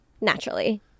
Naturally